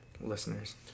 listeners